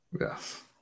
Yes